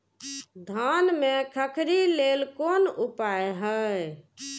धान में खखरी लेल कोन उपाय हय?